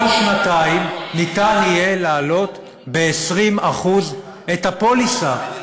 כל שנתיים יהיה אפשר להעלות ב-20% את הפוליסה.